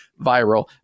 viral